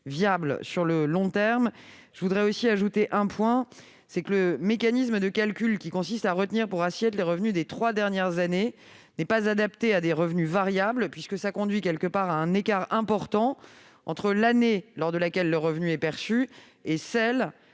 viable sur le long terme. J'ajoute que le mécanisme de calcul qui consiste à retenir pour assiette les revenus des trois dernières années n'est pas adapté à des revenus variables, puisqu'il conduit à un écart important entre l'année lors de laquelle le revenu est perçu et celle